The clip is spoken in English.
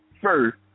first